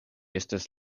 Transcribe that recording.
estas